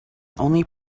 only